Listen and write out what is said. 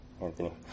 Anthony